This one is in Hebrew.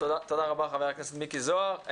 תודה רבה חבר הכנסת מיקי זוהר.